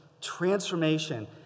transformation